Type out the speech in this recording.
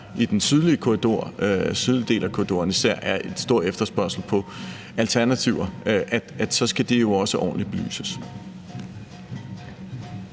i den sydlige del af korridoren især er en stor efterspørgsel på alternativer, jo så også skal belyses ordentligt. Kl.